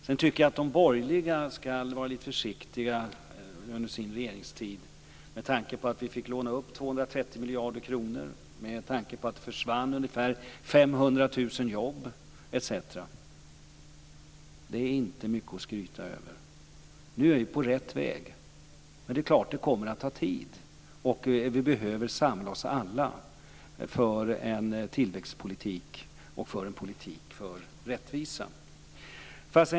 Jag tycker att de borgerliga skall vara lite försiktiga med att tala om hur det var under deras regeringstid med tanke på att vi fick låna upp 230 miljarder kronor, med tanke på att det försvann ungefär 500 000 jobb etc. Det är inte mycket att skryta över. Nu är vi på rätt väg, men det är klart att det kommer att ta tid. Vi behöver samla oss alla för en tillväxtpolitik och för en politik för rättvisa.